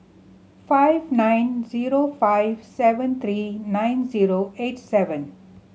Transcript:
five nine zero five seven three nine zero eight seven